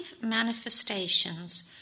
manifestations